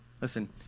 Listen